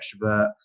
extrovert